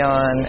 on